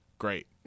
great